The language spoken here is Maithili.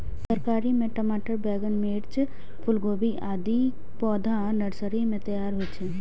तरकारी मे टमाटर, बैंगन, मिर्च, फूलगोभी, आदिक पौधा नर्सरी मे तैयार होइ छै